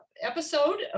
episode